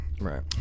Right